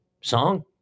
Song